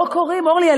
לא קורים, אורלי.